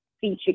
feature